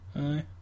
Aye